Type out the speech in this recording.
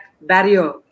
barrier